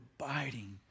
abiding